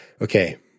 Okay